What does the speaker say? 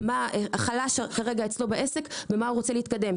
מה חלש אצלו בעסק ובמה הוא רוצה להתקדם.